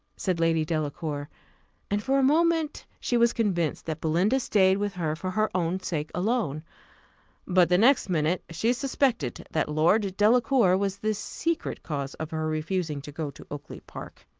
said lady delacour and for a moment she was convinced that belinda stayed with her for her own sake alone but the next minute she suspected that lord delacour was the secret cause of her refusing to go to oakly-park.